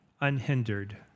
unhindered